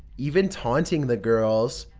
even taunting the girls.